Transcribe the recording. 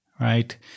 right